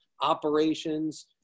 operations